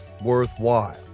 worthwhile